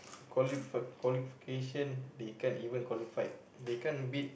qualifi~ qualification they can't even qualified they can't beat